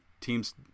team's